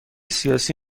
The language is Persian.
سیاسی